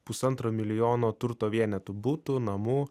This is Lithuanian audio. pusantro milijono turto vienetų butų namų